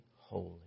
holy